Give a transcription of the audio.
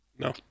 No